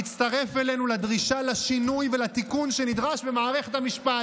תצטרף אלינו לדרישה לשינוי ולתיקון שנדרש במערכת המשפט,